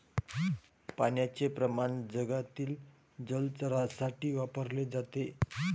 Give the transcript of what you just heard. पाण्याचे प्रमाण जगभरातील जलचरांसाठी वापरले जाते